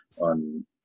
on